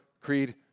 creed